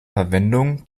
verwendung